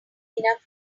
enough